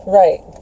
right